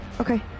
Okay